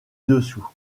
dessous